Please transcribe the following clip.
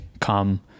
come